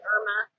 Irma